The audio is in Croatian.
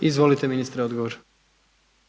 **Jandroković,